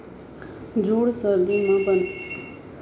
जूड़ सरदी म बने गरमी देबर मुरगा मुरगी के चूजा खातिर बेवस्था करे ल परथे